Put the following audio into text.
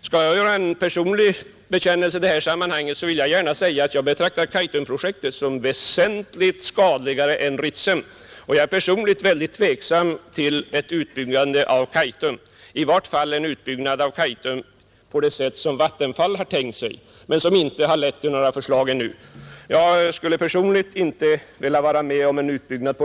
Skall jag göra en personlig bekännelse i detta sammanhang vill jag gärna säga att jag betraktar Kaitumprojektet som väsentligt skadligare än Ritsem, och jag är personligen väldigt tveksam till utbyggnaden av Kaitum — i varje fall på det sätt som Vattenfall har tänkt sig men som ännu inte lett till några förslag. Jag vill inte vara med om en sådan utbyggnad.